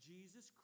Jesus